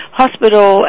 hospital